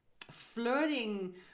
flirting